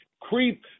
creep